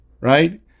right